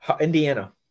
Indiana